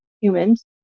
humans